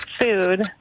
food